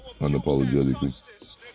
unapologetically